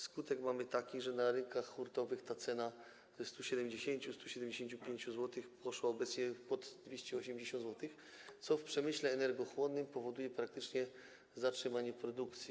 Skutek mamy taki, że na rynkach hurtowych ta cena ze 170 zł, 175 zł poszła obecnie pod 280 zł, co w przemyśle energochłonnym powoduje praktycznie zatrzymanie produkcji.